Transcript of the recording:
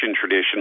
tradition